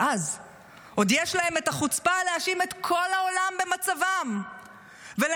אז עוד יש להם את החוצפה להאשים את כל העולם במצבם ולנסות